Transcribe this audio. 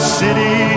city